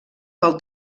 pel